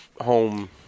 home